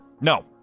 no